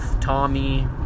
Tommy